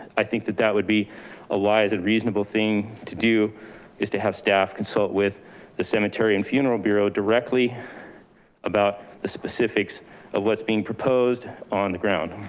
i think that that would be a lie is and but thing to do is to have staff consult with the cemetery and funeral bureau directly about the specifics of what's being proposed on the ground.